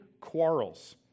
quarrels